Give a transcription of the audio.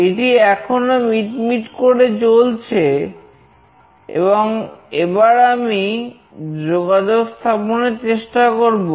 এটি এখনো মিটমিট করে জ্বলছে এবং এবার আমি যোগাযোগ স্থাপনের চেষ্টা করব